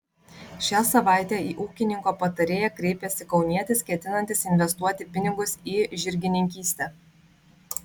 šią savaitę į ūkininko patarėją kreipėsi kaunietis ketinantis investuoti pinigus į žirgininkystę